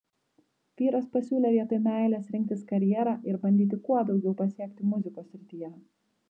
vyras pasiūlė vietoj meilės rinktis karjerą ir bandyti kuo daugiau pasiekti muzikos srityje